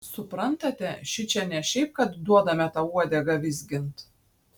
suprantate šičia ne šiaip kad duodame tau uodegą vizgint